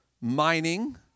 mining